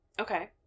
Okay